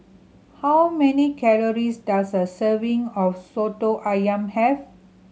how many calories does a serving of Soto Ayam have